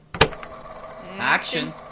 Action